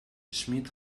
smith